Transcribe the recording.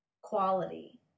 quality